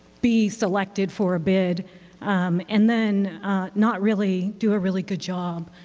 be selected for a bid and then not really do a really good job.